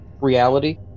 reality